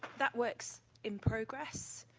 that works in progress,